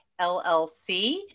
LLC